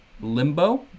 limbo